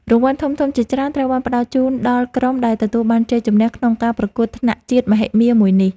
រង្វាន់ធំៗជាច្រើនត្រូវបានផ្តល់ជូនដល់ក្រុមដែលទទួលបានជ័យជំនះក្នុងការប្រកួតថ្នាក់ជាតិមហិមាមួយនេះ។